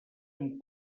amb